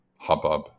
hubbub